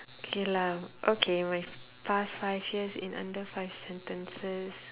okay lah okay my past five years in under five sentences